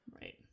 Right